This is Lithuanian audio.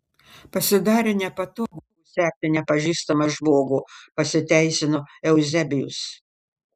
pasidarė nepatogu sekti nepažįstamą žmogų pasiteisino euzebijus